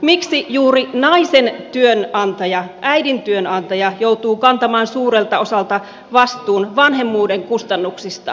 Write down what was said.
miksi juuri naisen työnantaja äidin työnantaja joutuu kantamaan suurelta osalta vastuun vanhemmuuden kustannuksista